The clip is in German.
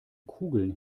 kugeln